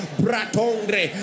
bratongre